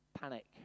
panic